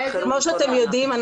כמו שאתם יודעים,